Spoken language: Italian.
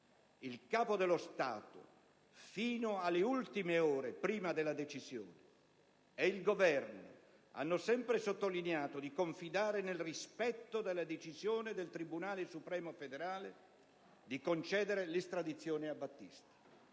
Il Capo dello Stato, fino alle ultime ore prima della decisione, e il Governo hanno sempre sottolineato di confidare nel rispetto della decisione del Tribunale supremo federale di concedere l'estradizione a Battisti.